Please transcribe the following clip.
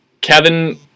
Kevin